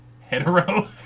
Hetero